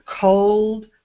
cold